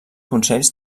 consells